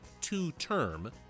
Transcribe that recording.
two-term